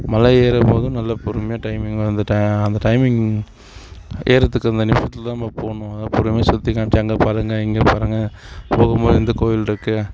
மலை ஏறும் போதும் நல்ல பொறுமையாக டைமிங்ல அந்த ட அந்த டைமிங் ஏறுறத்துக்கு அந்த நிமிஷத்தில்தான் நம்ம போகணும் அதுதான் பொறுமையாக சுற்றிக் காமித்து அங்கே பாருங்கள் இங்கே பாருங்கள் போகும் போது இந்த கோயில் இருக்குது